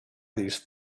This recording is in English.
these